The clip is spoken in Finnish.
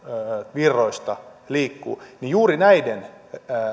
virroista liikkuu niin juuri näiden